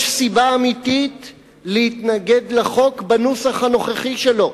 יש סיבה אמיתית להתנגד לחוק בנוסח הנוכחי שלו.